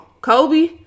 Kobe